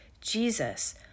Jesus